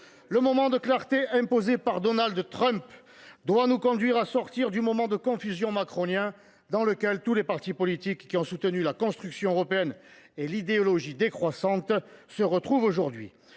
Le moment de clarté imposé par Donald Trump doit nous conduire à sortir du moment de confusion macronien dans lequel tous les partis politiques qui ont soutenu la construction européenne et l’idéologie décroissante se retrouvent aujourd’hui.